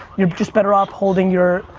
you're just better off holding your,